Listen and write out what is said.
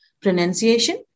pronunciation